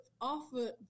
offer